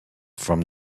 from